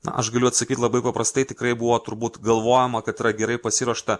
na aš galiu atsakyt labai paprastai tikrai buvo turbūt galvojama kad yra gerai pasiruošta